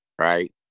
right